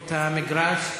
את המגרש.